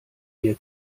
mir